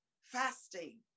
fasting